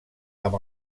amb